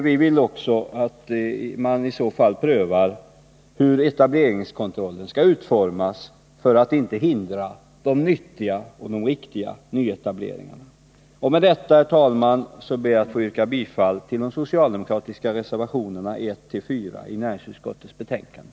Vi vill också att man i så fall prövar hur etableringskontrollen skall utformas för att inte hindra de nyttiga och de riktiga nyetableringarna. Med detta, herr talman, ber jag att få yrka bifall till de socialdemokratiska reservationerna 1-4 i näringsutskottets betänkande.